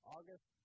August